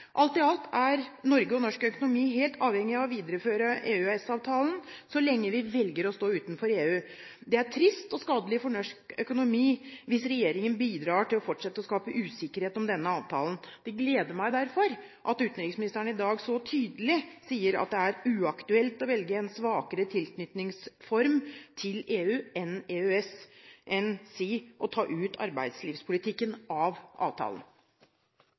Alt i alt er Norge og norsk økonomi helt avhengig av å videreføre EØS-avtalen så lenge vi velger å stå utenfor EU. Det er trist og skadelig for norsk økonomi hvis regjeringen bidrar til å fortsette å skape usikkerhet om denne avtalen. Det gleder meg derfor at utenriksministeren i dag så tydelig sier at det er uaktuelt å velge en svakere tilknytningsform til EU enn EØS, enn si å ta ut arbeidslivspolitikken av avtalen.